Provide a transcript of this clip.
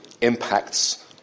impacts